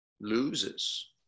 loses